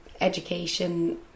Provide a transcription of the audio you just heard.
education